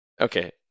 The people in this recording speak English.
Okay